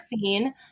seen